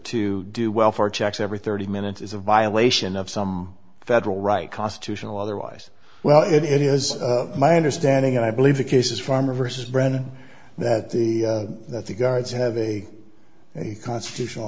to do welfare checks every thirty minutes is a violation of some federal right constitutional otherwise well it is my understanding and i believe the case is farmer versus brennan that the that the guards have a constitutional